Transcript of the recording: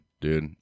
dude